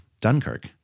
Dunkirk